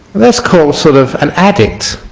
that's call sort of an addict